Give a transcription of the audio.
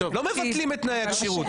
לא מבטלים את תנאי הכשירות.